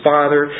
Father